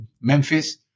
Memphis